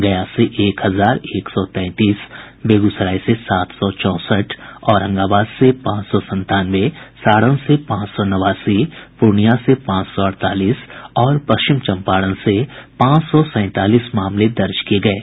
गया से एक हजार एक सौ तैंतीस बेगूसराय से सात सौ चौंसठ औरंगाबाद से पांच सौ संतानवे सारण से पांच सौ नवासी पूर्णियां से पांच सौ अड़तालीस और पश्चिम चम्पारण से पांच सौ सैंतालीस मामले दर्ज किये गये हैं